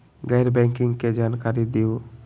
गैर बैंकिंग के जानकारी दिहूँ?